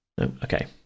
okay